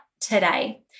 today